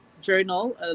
journal